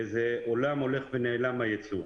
זה עולם הולך ונעלם, הייצור.